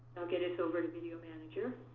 i'll get us over to video manager.